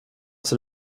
ser